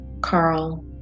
Carl